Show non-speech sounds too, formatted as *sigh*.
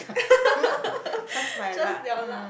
*laughs* just your luck